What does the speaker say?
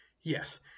Yes